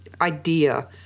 idea